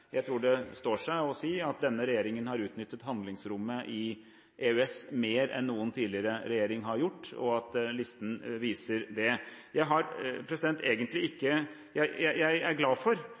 regjeringen har utnyttet handlingsrommet i EØS mer enn noen tidligere regjering har gjort, og at listen viser det. Jeg er glad for at Høyre er enig i at handlingsrommet skal brukes, men jeg